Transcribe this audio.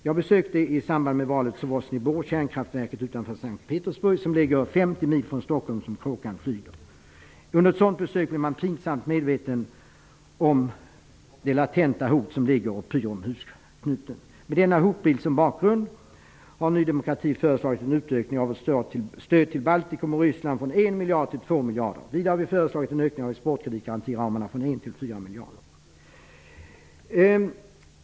Jag besökte i samband med valet Sosnovyj Bor, kärnkraftverket utanför S:t Petersburg, vilket ligger 50 mil från Stockholm om man tar den väg som kråkan flyger. Under ett sådant besök blir man pinsamt medveten om det latenta hot som pyr runt husknuten. Med denna hotbild som bakgrund har Ny demokrati föreslagit en utökning av vårt stöd till miljarder. Vidare har vi föreslagit en ökning av exportkreditgarantiramarna från 1 till 4 miljarder.